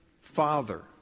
father